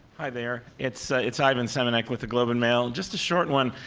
hi there, it's ah it's ivan semeniuk with the globe and mail, just a short one,